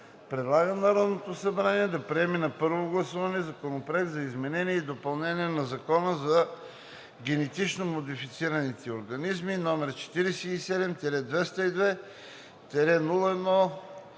предлага на Народното събрание да приеме на първо гласуване Законопроект за изменение и допълнение на Закона за генетично модифицирани организми, № 47-202-01-21,